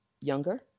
younger